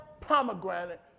pomegranate